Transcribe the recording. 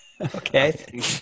Okay